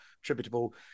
Attributable